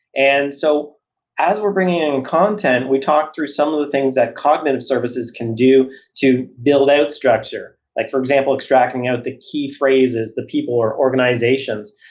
and so as we're bringing in content, we talk through some of the things that cognitive services can do to build out structure, like example, extracting out the key phrases, the people or organizations.